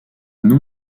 nom